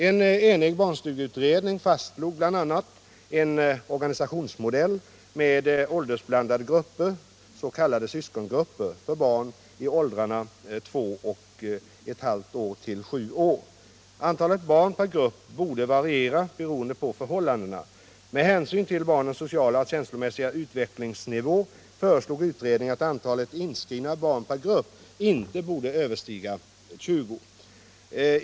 En enig barnstugeutredning föreslog bl.a. en organisationsmodell med åldersblandade grupper — s.k. syskongrupper — för barn i åldrarna två och ett halvt till sju år. Antalet barn per grupp borde variera beroende på förhållandena. Med hänsyn till barnens sociala och känslomässiga utvecklingsnivå föreslog utredningen att antalet inskrivna barn per grupp inte borde överstiga 20.